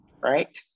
right